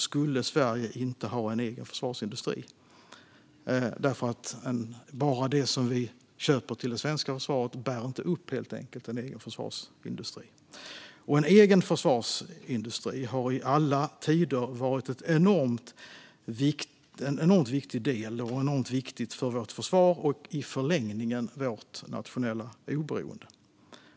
Sverige skulle inte ha någon egen försvarsindustri utan vår export av försvarsmateriel. Det som vi köper till det svenska försvaret bär helt enkelt inte upp en egen försvarsindustri. En egen försvarsindustri har i alla tider varit en enormt viktig del för vårt försvar och i förlängningen vårt nationella oberoende.